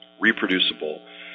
reproducible